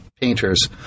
painters